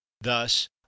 thus